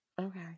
Okay